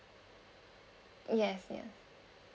yes ya